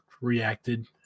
reacted